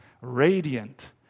radiant